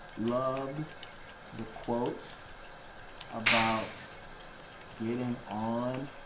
loved the quote about getting on